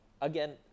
again